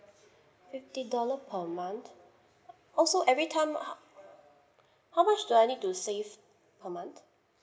fifty dollar per month also every time uh how much do I need to save per month